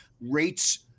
Rates